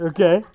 Okay